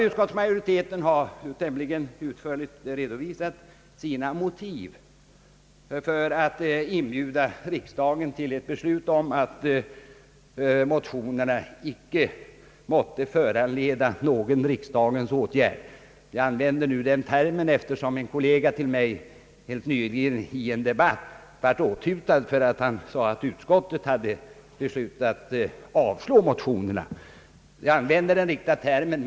Utskottsmajoriteten har utförligt redovisat sina motiv för att inbjuda riksdagen till ett beslut om att motionerna »icke måtte föranleda någon riksdagens åtgärd«. Jag använder nu den termen, eftersom en kollega till mig helt nyligen i en debatt blev åthutad för att han sade, att utskottet beslutat avslå motionerna. Jag använder alltså nu den riktiga termen.